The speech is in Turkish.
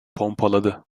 pompaladı